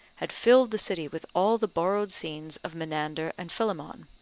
had filled the city with all the borrowed scenes of menander and philemon.